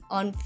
on